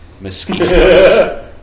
mosquitoes